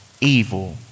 evil